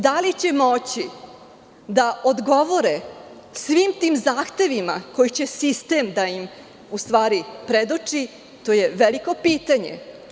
Da li će moći da odgovore svim timzahtevima koje će sistem da im predoči, to je veliko pitanje.